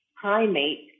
primate